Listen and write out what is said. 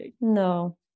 no